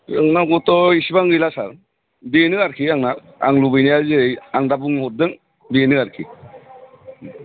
सोंनांगौथ' इसेबां गैला आरो सार बेनो आरोखि आंना आं लुबैनाया जेरै आं दा बुंहरदों बेनो आरोखि